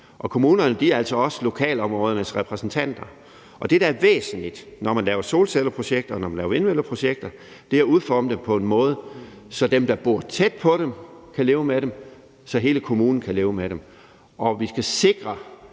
og kommunerne er altså også lokalområdernes repræsentanter. Og det, der er væsentligt, når man laver solcelleprojekter eller vindmølleprojekter, er at udforme dem på en måde, så dem, der bor tæt på dem, kan leve med dem, og så hele kommunen kan leve med dem. Vi skal sikre,